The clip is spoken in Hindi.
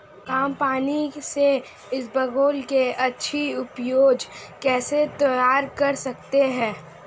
कम पानी से इसबगोल की अच्छी ऊपज कैसे तैयार कर सकते हैं?